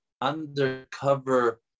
undercover